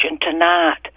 tonight